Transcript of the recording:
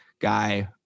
guy